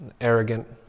arrogant